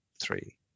three